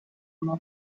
oma